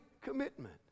commitment